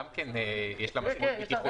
יש לה משמעות בטיחותית.